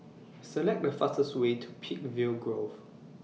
Select The fastest Way to Peakville Grove